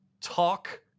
talk